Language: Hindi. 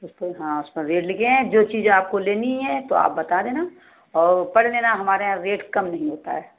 उसपर हाँ उस पर रेट लिखे हैं जो चीज़ आपको लेनी है तो आप बता देना और पढ़ लेना हमारे यहाँ रेट कम नहीं होता है